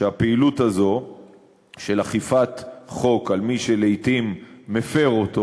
שהפעילות הזו של אכיפת חוק על מי שלעתים מפר אותו